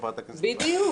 חברת הכנסת שאשא ביטון.